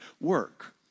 work